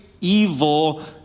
evil